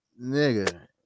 Nigga